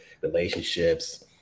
relationships